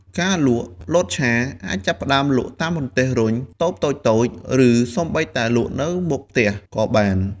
ការលក់ លតឆា អាចចាប់ផ្ដើមលក់តាមរទេះរុញ តូបតូចៗ ឬសូម្បីតែលក់នៅមុខផ្ទះក៏បាន។